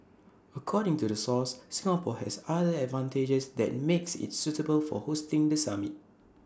according to the source Singapore has other advantages that makes IT suitable for hosting the summit